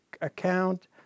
account